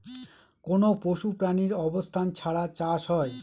কোনো পশু প্রাণীর অবস্থান ছাড়া চাষ হয়